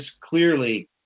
clearly